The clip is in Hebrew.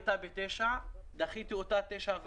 אמורה להתחיל בשעה 9:00 אבל דחיתי אותה לשעה